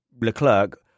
Leclerc